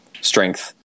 strength